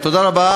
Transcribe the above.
תודה רבה.